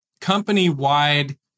company-wide